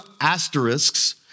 asterisks